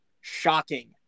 shocking